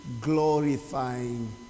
glorifying